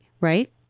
right